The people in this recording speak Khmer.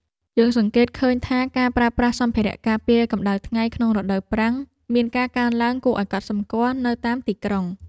យើងសង្កេតឃើញថាការប្រើប្រាស់សម្ភារៈការពារកម្តៅថ្ងៃក្នុងរដូវប្រាំងមានការកើនឡើងគួរឱ្យកត់សម្គាល់នៅតាមទីក្រុង។